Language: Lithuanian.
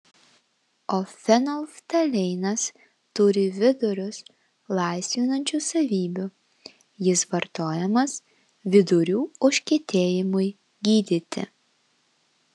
o fenolftaleinas turi vidurius laisvinančių savybių jis vartojamas vidurių užkietėjimui gydyti